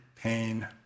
pain